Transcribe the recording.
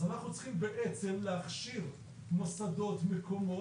אז אנחנו צריכים להכשיר מוסדות, מקומות,